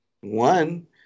one